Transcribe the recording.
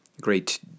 great